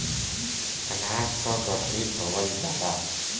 अनाज के गठरी धोवल जाला